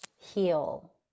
heal